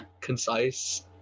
concise